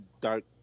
dark